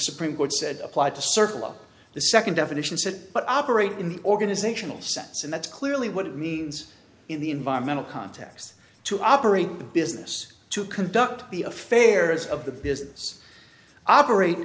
supreme court said applied to circle of the second definition said but operate in the organizational sense and that's clearly what it means in the environmental context to operate a business to conduct the affairs of the business operate